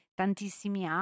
tantissimi